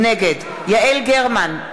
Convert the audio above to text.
נגד יעל גרמן,